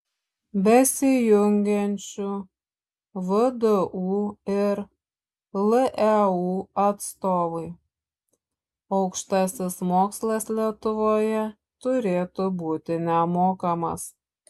besijungiančių vdu ir leu atstovai aukštasis mokslas lietuvoje turėtų būti nemokamas